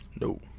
No